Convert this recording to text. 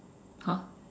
!huh!